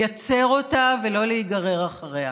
לייצר אותה ולא להיגרר אחריה.